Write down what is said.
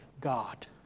God